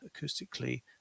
acoustically